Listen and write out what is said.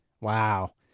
Wow